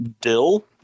Dill